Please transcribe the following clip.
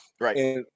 Right